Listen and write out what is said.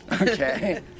Okay